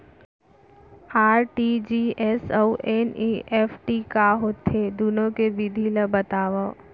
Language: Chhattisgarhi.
आर.टी.जी.एस अऊ एन.ई.एफ.टी का होथे, दुनो के विधि ला बतावव